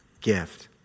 gift